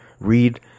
read